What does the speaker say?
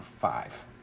five